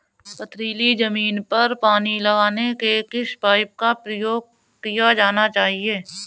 पथरीली ज़मीन पर पानी लगाने के किस पाइप का प्रयोग किया जाना चाहिए?